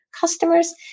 customers